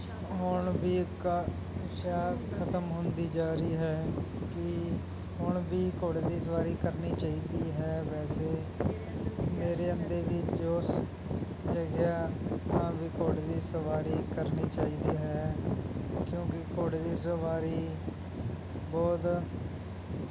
ਹੁਣ ਵੀ ਕ ਇੱਛਾ ਖਤਮ ਹੁੰਦੀ ਜਾ ਰਹੀ ਹੈ ਕਿ ਹੁਣ ਵੀ ਘੋੜੇ ਦੀ ਸਵਾਰੀ ਕਰਨੀ ਚਾਹੀਦੀ ਹੈ ਵੈਸੇ ਮੇਰੇ ਅੰਦਰ ਵੀ ਜੋਸ਼ ਜਾਗਿਆ ਹਾਂ ਵੀ ਘੋੜੇ ਦੀ ਸਵਾਰੀ ਕਰਨੀ ਚਾਹੀਦੀ ਹੈ ਕਿਉਂਕਿ ਘੋੜੇ ਦੀ ਸਵਾਰੀ ਬਹੁਤ